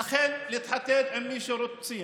להתחתן עם מי שרוצים.